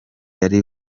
ari